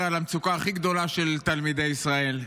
על המצוקה הכי גדולה של תלמידי ישראל: